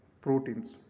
proteins